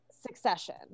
Succession